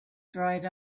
dried